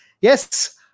Yes